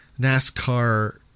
NASCAR